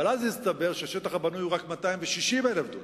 אבל אז הסתבר שהשטח הבנוי הוא רק 260,000 דונם,